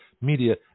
media